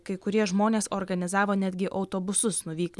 kai kurie žmonės organizavo netgi autobusus nuvykti